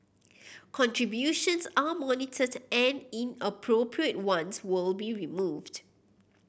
contributions are monitored and inappropriate ones will be removed